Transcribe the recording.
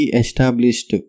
established